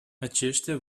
aceștia